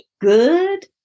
good